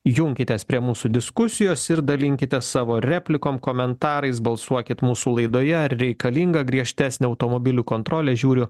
junkitės prie mūsų diskusijos ir dalinkitės savo replikom komentarais balsuokit mūsų laidoje reikalinga griežtesnė automobilių kontrolė žiūriu